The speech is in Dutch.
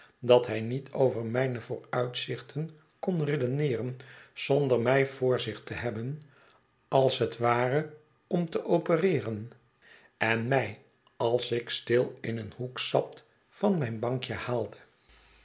dat hij niet over mijne vooruitzichten kon redeneeren zonder mij voor zich te hebben als het ware om op te opereeren en mij als ik stil in een hoek zat van mijn bankje haalde